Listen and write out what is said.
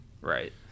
Right